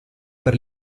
per